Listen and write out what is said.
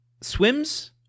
swims